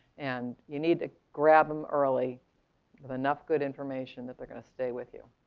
and you need to grab them early with enough good information that they're going to stay with you.